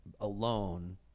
alone